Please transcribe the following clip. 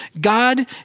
God